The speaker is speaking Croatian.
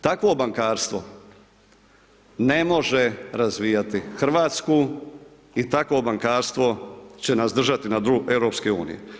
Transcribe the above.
Takvo bankarstvo ne može razvijati Hrvatsku i takvo bankarstvo će nas držati na dnu EU.